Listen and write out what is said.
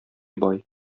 бай